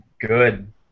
good